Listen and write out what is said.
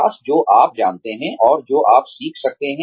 विकास जो आप जानते हैं और जो आप सीख सकते हैं